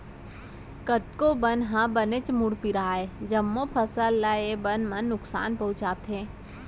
कतको बन ह बनेच मुड़पीरा अय, जम्मो फसल ल ए बन मन नुकसान पहुँचाथे